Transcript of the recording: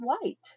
white